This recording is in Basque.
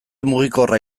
mugikorra